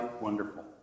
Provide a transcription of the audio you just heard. wonderful